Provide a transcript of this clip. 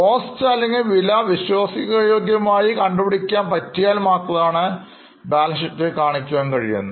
Cost അല്ലെങ്കിൽ വില reliably കണ്ടുപിടിക്കുവാൻ പറ്റിയാൽ മാത്രമാണ് ബാലൻ ഷീറ്റിൽ കാണിക്കുക കഴിയുന്നത്